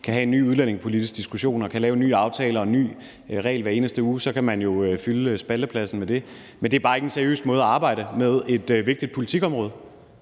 kan have en ny udlændingepolitisk diskussion og kan lave en ny aftale og en ny regel, kan man jo fylde spaltepladsen med det. Men det er bare ikke en seriøs måde at arbejde med et vigtigt politikområde